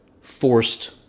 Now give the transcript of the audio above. forced